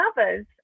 others